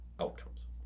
outcomes